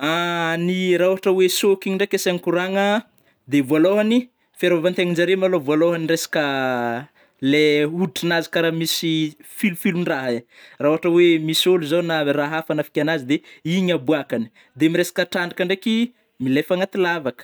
Ny ra ôhatra oe sôkiny ndraiky asiagna koragna a, de ny vôlôhany fiarôvantenanjare malôha vôlôhany resaka le hoditrinazy kara misy filofilondraha igny ra ôhatra oe misy olo zao ra hafa agnafika anazy de igny ny haboakany, de mresaka trandraka ndraiky, milefa agnaty lavaka.